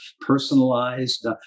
personalized